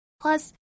Plus